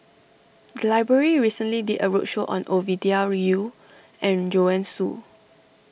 the library recently did a roadshow on Ovidia Yu and Joanne Soo